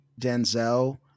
Denzel